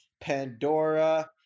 Pandora